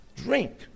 drink